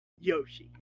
Yoshi